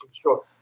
sure